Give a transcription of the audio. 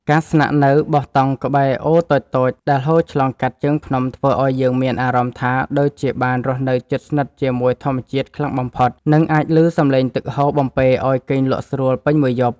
ការស្នាក់នៅបោះតង់ក្បែរអូរតូចៗដែលហូរឆ្លងកាត់ជើងភ្នំធ្វើឱ្យយើងមានអារម្មណ៍ថាដូចជាបានរស់នៅជិតស្និទ្ធជាមួយធម្មជាតិខ្លាំងបំផុត និង អាចឮសំឡេងទឹកហូរបំពេរឱ្យគេងលក់ស្រួលពេញមួយយប់។